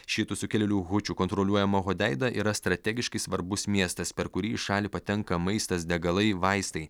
šiitų sukilėlių hučių kontroliuojama hodeida yra strategiškai svarbus miestas per kurį į šalį patenka maistas degalai vaistai